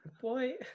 Boy